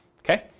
Okay